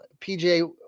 PJ